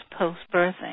post-birthing